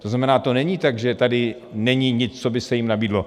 To znamená, to není tak, že tady není nic, co by se jim nabídlo.